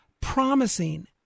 promising